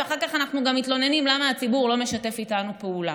ואחר כך אנחנו גם מתלוננים למה הציבור לא משתף איתנו פעולה.